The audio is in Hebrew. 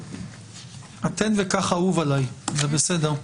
התן וקח אהוב עליי, זה בסדר,